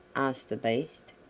asked the beast.